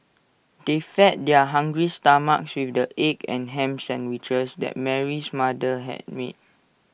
they fed their hungry stomachs with the egg and Ham Sandwiches that Mary's mother had made